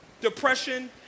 depression